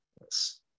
yes